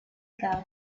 girl